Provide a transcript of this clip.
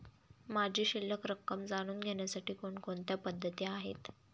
माझी शिल्लक रक्कम जाणून घेण्यासाठी कोणकोणत्या पद्धती आहेत?